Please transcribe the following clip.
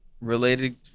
Related